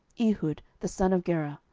ehud the son of gera,